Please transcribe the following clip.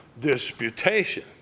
disputation